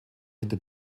hinter